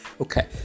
okay